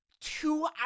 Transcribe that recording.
Two